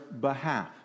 behalf